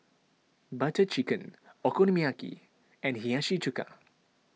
Butter Chicken Okonomiyaki and Hiyashi Chuka